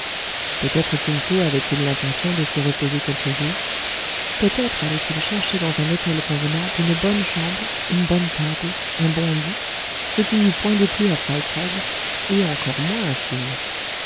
peut-être kin fo avait-il l'intention de s'y reposer quelques jours peut-être allait-il chercher dans un hôtel convenable une bonne chambre une bonne table un bon lit ce qui n'eût point déplu à fry craig et encore moins